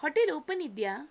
hotel open ಇದೆಯ